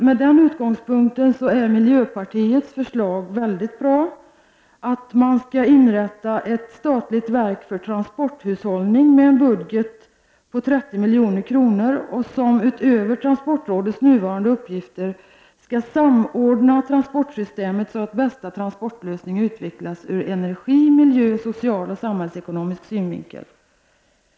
Med den utgångspunkten tycker vi att miljöpartiets förslag är mycket bra, nämligen att det skall inrättas ett statligt verk för transporthushållning med en budget på 30 milj.kr. Utöver transportrådets nuvarande uppgifter skall det samordna transportbestämmelser och bästa transportlösningar utvecklas ur energi-, miljö-, sociala och samhällsekonomiska synvinklar.